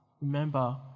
Remember